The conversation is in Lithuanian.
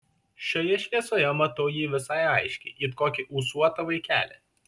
šioje šviesoje matau jį visai aiškiai it kokį ūsuotą vaikelį